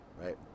right